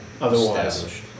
Otherwise